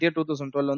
2012